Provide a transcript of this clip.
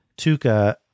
Tuca